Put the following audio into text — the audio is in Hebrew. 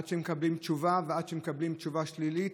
עד שמקבלים תשובה ועד שמקבלים תשובה שלילית